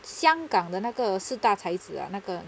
香港的那个四大才子啊那个